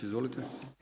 Izvolite.